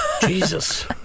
Jesus